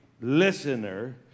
listener